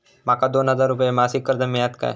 माका दोन हजार रुपये मासिक कर्ज मिळात काय?